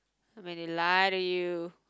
when they lie to you